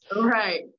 Right